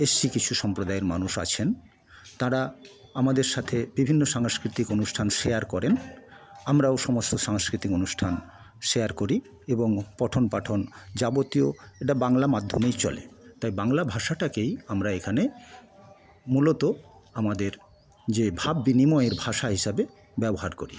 বিশেষ কিছু সম্প্রদায়ের মানুষ আছেন তারা আমাদের সাথে বিভিন্ন সাংস্কৃতিক অনুষ্ঠান শেয়ার করেন আমরাও সমস্ত সাংস্কৃতিক অনুষ্ঠান শেয়ার করি এবং পঠন পাঠন যাবতীয় এটা বাংলা মাধ্যমেই চলে তাই বাংলা ভাষাটাকেই আমরা এখানে মূলত আমাদের যে ভাব বিনিময়ের ভাষা হিসাবে ব্যবহার করি